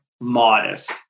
modest